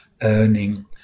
earning